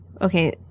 Okay